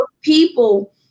people